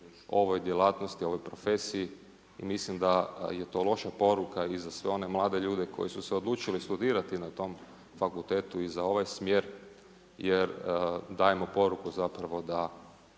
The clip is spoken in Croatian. ovoj djelatnosti, ovoj profesiji i mislim da je to loša poruka i za sve one mlade ljude koji su se odlučili studirati na tom fakultetu i za ovaj smjer jer dajemo poruku zapravo da